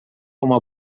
uma